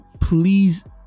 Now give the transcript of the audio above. please